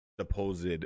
supposed